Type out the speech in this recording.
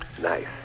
Nice